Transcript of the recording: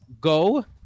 go